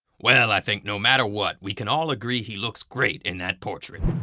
well, i think no matter what, we can all agree he looks great in that portrait.